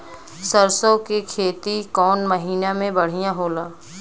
सरसों के खेती कौन महीना में बढ़िया होला?